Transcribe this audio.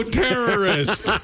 terrorist